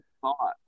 thought